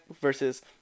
versus